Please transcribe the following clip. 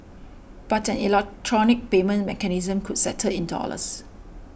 but an electronic payment mechanism could settle in dollars